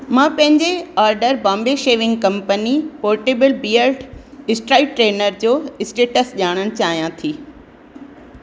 मां पंहिंजे order Bombay shaving company portable beard straightener जो स्टेटस ॼाणण चाहियां थी